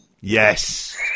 yes